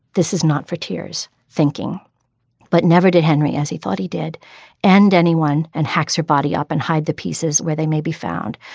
this is not for tears thinking but never did henry as he thought he did and anyone and hacks her body up and hide the pieces where they may be found.